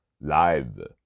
Live